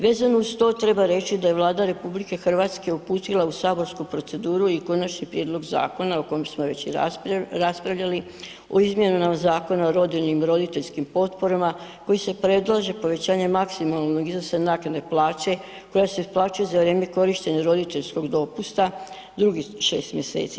Vezano uz to treba reći da je Vlada RH uputila u saborsku proceduru i konačni prijedlog zakona o kojem smo već i raspravljali o izmjenama Zakona o rodiljnim i roditeljskim potporama kojim se predlaže povećanje maksimalnog iznosa naknade plaće koja se isplaćuje za vrijeme korištenja roditeljskog dopusta, drugih 6 mjeseci.